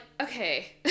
okay